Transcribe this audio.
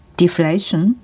deflation